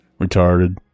retarded